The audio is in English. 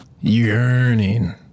Yearning